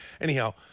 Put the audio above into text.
Anyhow